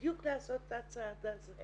בדיוק לעשות את הצעד הזה